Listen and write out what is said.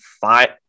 five –